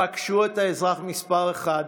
פגשו את האזרח מספר אחת,